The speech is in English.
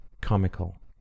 comical